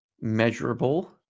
measurable